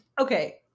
okay